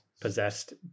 possessed